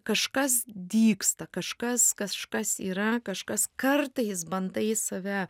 kažkas dygsta kažkas kažkas yra kažkas kartais bandai save